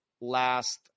last